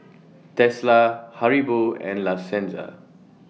Tesla Haribo and La Senza